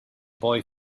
boy